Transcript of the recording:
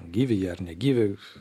gyvi jie ar negyvi